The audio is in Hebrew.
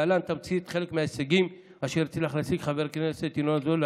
להלן תמצית חלק מההישגים אשר הצליח להשיג חבר הכנסת ינון אזולאי,